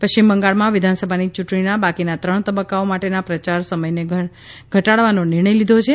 પશ્ચિમ બંગાળમાં વિધાનસભાની ચૂંટણીના બાકીના ત્રણ તબક્કાઓ માટેના પ્રચાર સમયને ઘટાડવાનો નિર્ણય લીધો છે